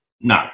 No